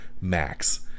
Max